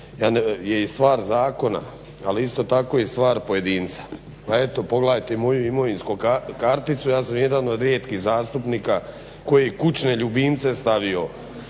je i stvar zakona, ali isto tako i stvar pojedinca. Pa eto pogledajte i moju imovinsku karticu. Ja sam jedan od rijetkih zastupnika koji je kućne ljubimce stavio